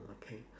okay